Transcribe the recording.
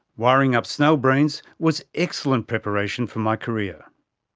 wiring up snail brains was excellent preparation for my career.